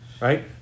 right